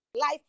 life